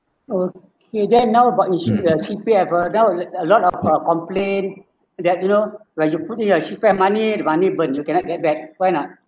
okay then now about you see the C_P_F uh now uh a lot of uh complain that you know like you putting your C_P_F money the money burn you cannot get back why ah